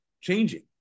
changing